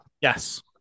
Yes